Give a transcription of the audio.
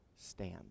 stand